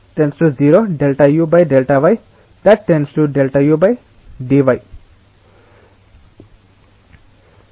So Δy→0 Δy lim Δu → du Δy→0 Δy dy పైన ఉన్న equation ని follow అవ్వండి